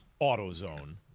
AutoZone